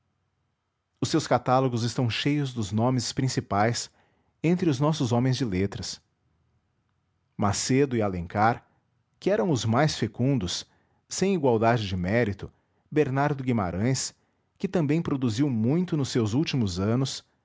os seus catálogos estão cheios dos nomes principais entre os nossos homens de letras macedo e alencar que eram os mais fecundos sem igualdade de mérito bernardo guimarães que também produziu muito nos seus